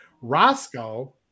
Roscoe